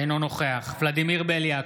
אינו נוכח ולדימיר בליאק,